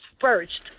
first